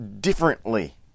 differently